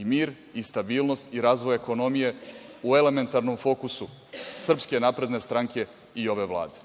i mir i stabilnost i razvoj ekonomije u elementarnom fokusu SNS i ove Vlade.